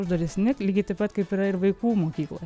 uždaresni tai lygiai taip pat kaip yra ir vaikų mokykloj